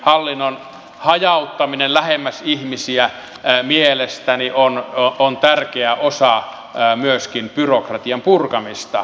hallinnon hajauttaminen lähemmäksi ihmisiä on mielestäni tärkeä osa myöskin byrokratian purkamista